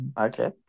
Okay